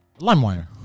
LimeWire